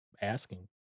Asking